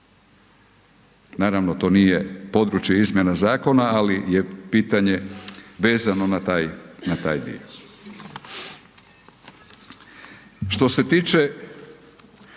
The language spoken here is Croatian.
Naravno to nije područje izmjena zakona, ali je pitanje vezano na taj dio.